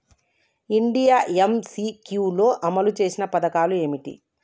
India MCQ లో అమలు చేసిన పథకాలు ఏమిటి?